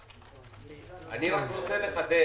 אני רוצה לחדד.